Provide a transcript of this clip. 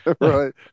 Right